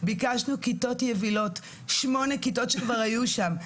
ביקשנו כיתות יבילות, שמונה כיתות שכבר היו שם.